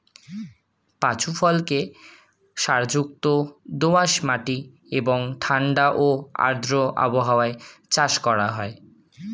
পাঁচু ফুলকে সারযুক্ত দোআঁশ মাটি এবং ঠাণ্ডা ও আর্দ্র আবহাওয়ায় চাষ করা হয়